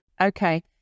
Okay